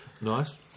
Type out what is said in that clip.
Nice